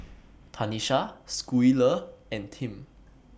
Tanisha Schuyler and Tim